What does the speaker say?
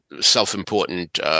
self-important